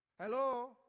Hello